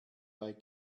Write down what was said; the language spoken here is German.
bei